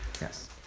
Yes